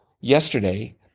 yesterday